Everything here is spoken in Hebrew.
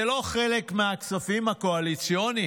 זה לא חלק מהכספים הקואליציוניים.